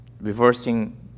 reversing